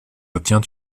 obtient